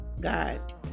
God